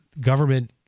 government